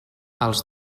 els